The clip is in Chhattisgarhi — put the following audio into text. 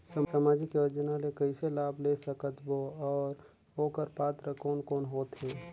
समाजिक योजना ले कइसे लाभ ले सकत बो और ओकर पात्र कोन कोन हो थे?